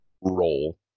role